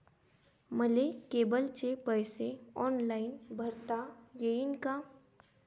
मले केबलचे पैसे ऑनलाईन भरता येईन का?